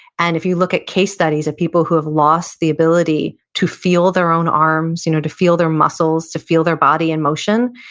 and if you look at case studies of people who have lost the ability to feel their own arms, you know to feel their muscles, to feel their body in motion,